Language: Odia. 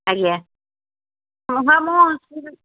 ଆଜ୍ଞା ହଁ ହଁ ମୁଁ ଆସିବି